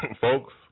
Folks